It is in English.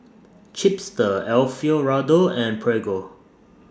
Chipster Alfio Raldo and Prego